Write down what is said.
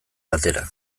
batera